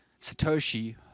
Satoshi